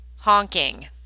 honking